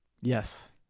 Yes